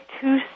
two